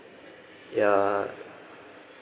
ya